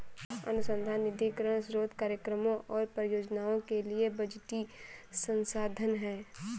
अनुसंधान निधीकरण स्रोत कार्यक्रमों और परियोजनाओं के लिए बजटीय संसाधन है